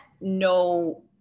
no